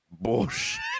bullshit